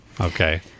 Okay